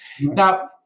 Now